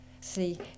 See